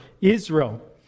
Israel